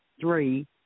three